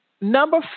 Number